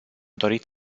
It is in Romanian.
dorit